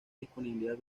disponibilidad